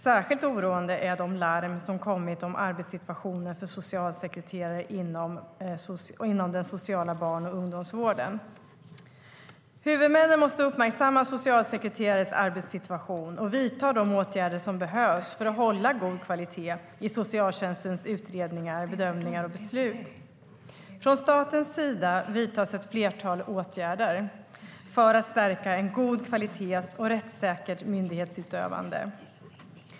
Särskilt oroande är de larm som kommit om arbetssituationen för socialsekreterare inom den sociala barn och ungdomsvården. Huvudmännen måste uppmärksamma socialsekreterares arbetssituation och vidta de åtgärder som behövs för att hålla god kvalitet i socialtjänstens utredningar, bedömningar och beslut. Från statens sida vidtas ett flertal åtgärder för att stärka en god kvalitet och rättssäker myndighetsutövning.